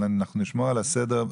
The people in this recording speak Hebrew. אבל אנחנו נשמור על הסדר,